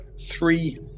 three